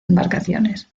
embarcaciones